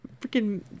freaking